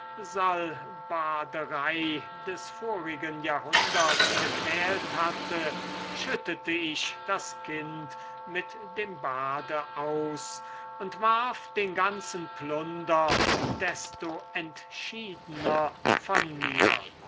salbaderei des vorigen jahrhunderts gequält hatte schüttete ich das kind mit dem bade aus und warf den ganzen plunder desto entschiedener von mir